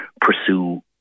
pursue